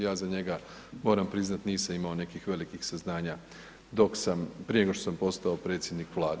Ja za njega, moram priznati, nisam imao nekih velikih saznanja dok sam, prije nego što sam postao predsjednik Vlade.